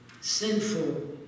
Sinful